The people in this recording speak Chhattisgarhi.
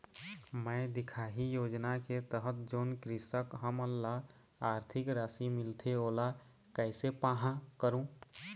मैं दिखाही योजना के तहत जोन कृषक हमन ला आरथिक राशि मिलथे ओला कैसे पाहां करूं?